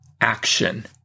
action